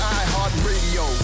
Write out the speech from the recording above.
iHeartRadio